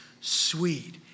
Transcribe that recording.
sweet